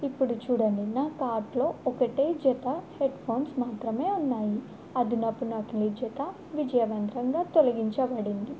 ఇప్పుడు చూడండి నా కార్ట్లో ఒకటే జత హెడ్ఫోన్స్ మాత్రమే ఉన్నాయి అది నాకు నకిలీ జత విజయవంతంగా తొలగించబడింది